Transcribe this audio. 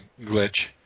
glitch